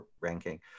ranking